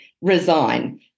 resign